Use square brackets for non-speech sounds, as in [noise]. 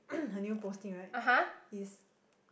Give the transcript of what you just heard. [coughs] her new posting right it's